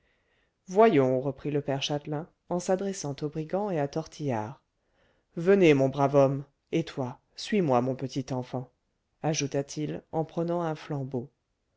voyons reprit le père châtelain en s'adressant au brigand et à tortillard venez mon brave homme et toi suis-moi mon petit enfant ajouta-t-il en prenant un flambeau